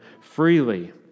freely